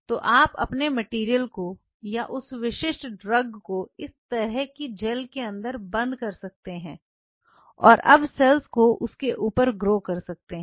तो आप अपने मटेरियल को या उस विशिष्ट ड्रग को इस तरह की जेल के अंदर बंद कर सकते हैं और आप सेल्स को उसके ऊपर ग्रो कर सकते हैं